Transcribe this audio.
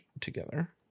together